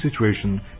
situation